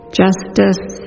justice